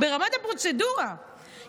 ברמת הפרוצדורה,